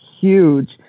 huge